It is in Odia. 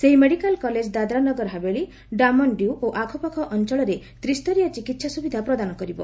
ସେହି ମେଡ଼ିକାଲ କଲେଜ ଦାଦ୍ରାନଗର ହାବେଳି ଡାମନ ଓଡିୟୁ ଓ ଆଖପାଖ ଅଞ୍ଚଳରେ ତ୍ରିସରୀୟ ଚିକିତ୍ସା ସୁବିଧା ପ୍ରଦାନ କରିବ